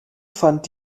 fand